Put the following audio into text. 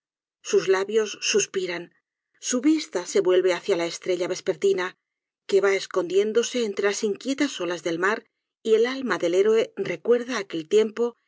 sus labios suspiran su vista se vuelve hacia la estrella vespertina que va escondiéndose entre las inquietas olas del mar y el alma del héroe recuerda aquel tiempo